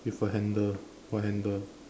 with a handle or handle